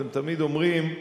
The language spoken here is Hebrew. הם תמיד אומרים,